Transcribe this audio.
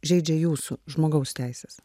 žeidžia jūsų žmogaus teises